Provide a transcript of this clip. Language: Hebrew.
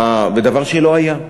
בדבר שלא היה.